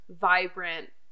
vibrant